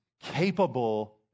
capable